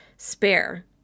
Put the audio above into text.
Spare